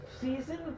season